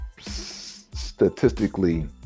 statistically